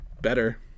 better